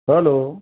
hello